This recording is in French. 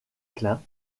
klein